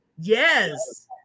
Yes